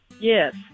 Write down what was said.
yes